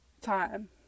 time